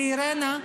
לאירנה.